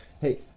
hey